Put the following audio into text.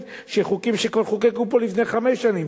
שחוקים שכבר חוקקנו כאן לפני חמש שנים,